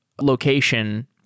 location